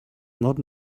not